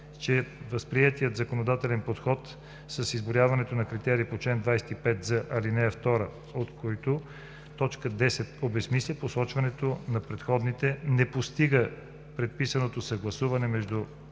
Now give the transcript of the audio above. че възприетият законодателен подход с изброяване на критериите по чл. 25з, ал. 2, от които т. 10 обезсмисля посочването на предходните, не постига предписаното съгласуване между